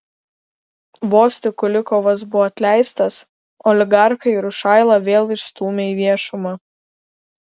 vos tik kulikovas buvo atleistas oligarchai rušailą vėl išstūmė į viešumą